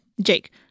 Jake